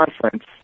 conference